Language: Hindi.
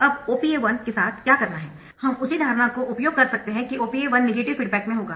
अब OPA 1 के साथ क्या करना है हम उसी धारणा को उपयोग कर सकते है कि OPA 1 नेगेटिव फीडबैक में होगा